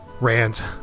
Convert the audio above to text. rant